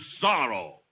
sorrow